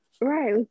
right